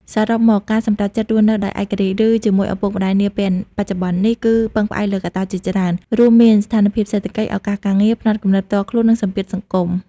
សរុបមក ការសម្រេចចិត្តរស់នៅដោយឯករាជ្យ ឬជាមួយឪពុកម្តាយនាពេលបច្ចុប្បន្ននេះ គឺពឹងផ្អែកលើកត្តាជាច្រើន រួមមានស្ថានភាពសេដ្ឋកិច្ច ឱកាសការងារ ផ្នត់គំនិតផ្ទាល់ខ្លួន និងសម្ពាធសង្គម។